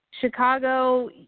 Chicago